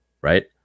Right